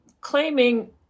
claiming